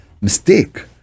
mistake